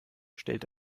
stellt